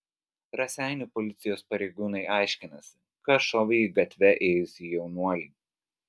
raseinių policijos pareigūnai aiškinasi kas šovė į gatve ėjusį jaunuolį